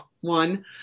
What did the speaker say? one